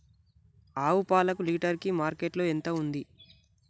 ఆవు పాలకు లీటర్ కి మార్కెట్ లో ఎంత ఉంది?